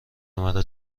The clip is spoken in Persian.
مرا